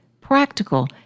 practical